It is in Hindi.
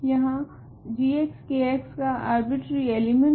जहां g K का अर्बिट्ररी एलिमेंट है